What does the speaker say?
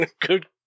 Good